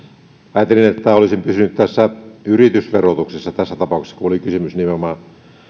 päätin pysyä tässä yritysverotuksessa tässä tapauksessa kun oli kysymys nimenomaan